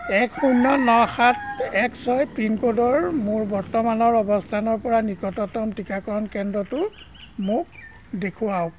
এক শূন্য ন সাত এক ছয় পিনক'ডৰ মোৰ বৰ্তমানৰ অৱস্থানৰ পৰা নিকটতম টীকাকৰণ কেন্দ্ৰটো মোক দেখুৱাওক